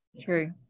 True